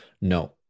no